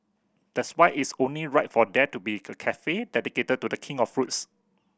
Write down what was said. that's why it's only right for there to be a cafe dedicated to The King of fruits